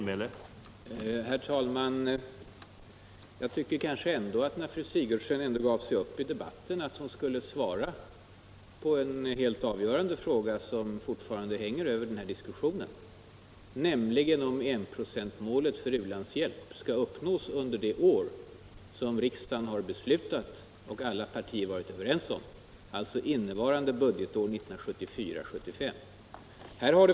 Herr talman! Jag tycker nog att fru Sigurdsen, när hon ändå gav sig upp i debatten, borde ha svarat på den helt avgörande fråga som fortfarande hänger över den här diskussionen: kommer enprocentsmålet för u-landshjälp att uppnås under det år som riksdagen har beslutat och alla partier varit överens om, alltså innevarande budgetår, 1974/75?